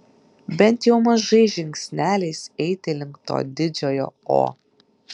bent jau mažais žingsneliais eiti link to didžiojo o